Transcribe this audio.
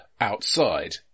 outside